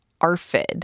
ARFID